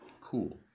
Cool